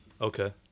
Okay